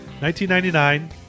1999